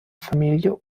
familie